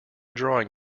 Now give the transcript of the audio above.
drawing